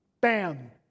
bam